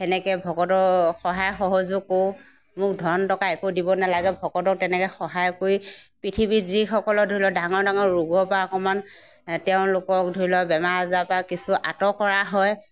সেনেকৈ ভকতৰ সহায় সহযোগ কৰোঁ মোক ধন টকা একো দিব নালাগে ভকতক তেনেকৈ সহায় কৰি পৃথিৱীত যিসকলে ধৰি লওক ডাঙৰ ডাঙৰ ৰোগৰ পৰা অকণমান তেওঁলোকক ধৰিলক বেমাৰ আজাৰৰ পৰা কিছু আঁতৰ কৰা হয়